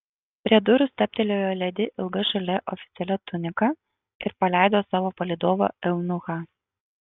prie durų stabtelėjo ledi ilga žalia oficialia tunika ir paleido savo palydovą eunuchą